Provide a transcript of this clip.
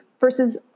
versus